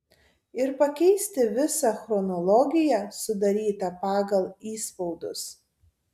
ir pakeisti visą chronologiją sudarytą pagal įspaudus